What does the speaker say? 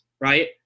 right